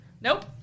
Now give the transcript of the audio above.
Nope